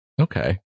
Okay